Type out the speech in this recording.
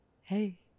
hey